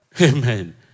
Amen